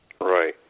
Right